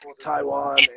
Taiwan